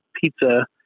pizza